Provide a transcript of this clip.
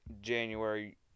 january